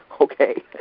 okay